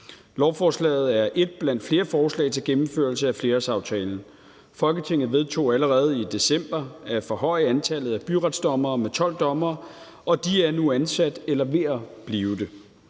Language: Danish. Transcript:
Lovforslaget er et blandt flere forslag til gennemførelse af flerårsaftalen. Folketinget vedtog allerede i december at forhøje antallet af byretsdommere med 12 dommere, og de er nu ansat eller ved at blive det.